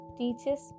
teaches